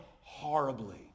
horribly